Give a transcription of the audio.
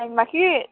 लाइनमा कि